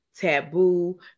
taboo